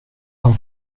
han